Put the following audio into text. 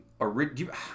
original